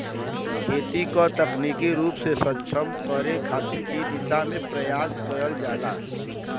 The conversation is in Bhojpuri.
खेती क तकनीकी रूप से सक्षम करे खातिर इ दिशा में प्रयास करल जाला